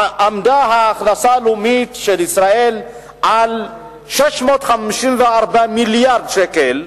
עמדה ההכנסה הלאומית של ישראל על 654 מיליארד שקל.